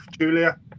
Julia